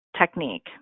technique